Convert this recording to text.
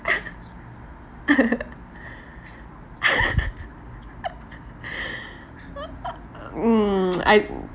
um I